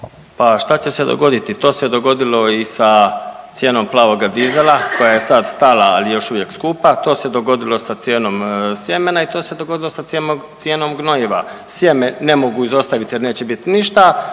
Pa šta će se dogoditi? To se dogodilo i sa cijenom plavoga dizela koja je sad stala, ali je još uvijek skupa. To se dogodilo sa cijenom sjemena i to se dogodilo sa cijenom gnojiva. Sjeme ne mogu izostavit jel neće biti ništa,